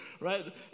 right